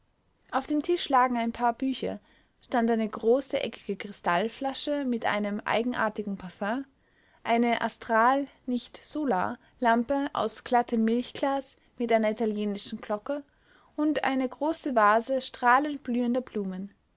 auf dem tisch lagen ein paar bücher stand eine große eckige kristallflasche mit einem eigenartigen parfüm eine astral nicht solar lampe aus glattem milchglas mit einer italienischen glocke und eine große vase strahlend blühender blumen